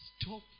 Stop